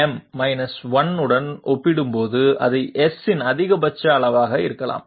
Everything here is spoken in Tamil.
2m 1 உடன் ஒப்பிடும்போது அது S இன் அதிகபட்ச அளவாக இருக்கலாம்